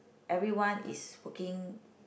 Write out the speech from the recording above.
everyone is working